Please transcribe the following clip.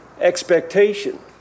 expectation